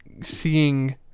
seeing